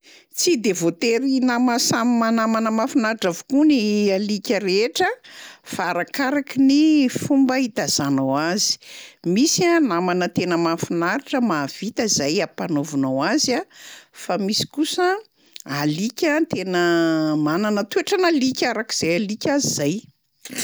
Tsy de voatery nama- samy ma- namana mahafinaritra avokoa ny alika rehetra fa arakaraky ny fomba itaizanao, misy a namana tena mahafinaritra mahavita zay ampanaovinao azy a fa misy kosa alika tena manana toetran'alika arak'izay alika azy izay.